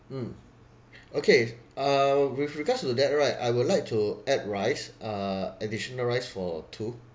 mm okay uh with regards to that right I would like to add rice uh additional rice for two